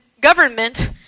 government